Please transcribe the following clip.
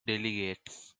delegates